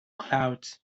clouds